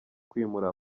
kwimura